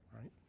Right